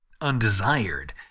undesired